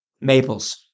maples